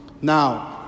Now